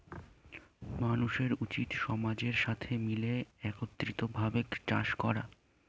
মানুষের উচিত সমাজের সাথে মিলে একত্রিত ভাবে চাষ করা